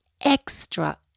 extra